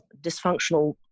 dysfunctional